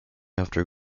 after